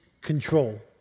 control